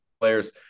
players